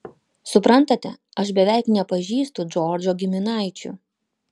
suprantate aš beveik nepažįstu džordžo giminaičių